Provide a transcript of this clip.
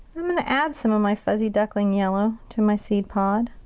i'm gonna add some of my fuzzy duckling yellow to my seed pod.